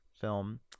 film